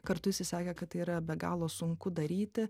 kartu jisai sakė kad tai yra be galo sunku daryti